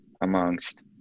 amongst